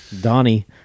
Donnie